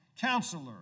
Counselor